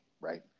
Right